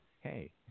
hey